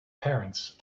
parents